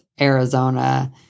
Arizona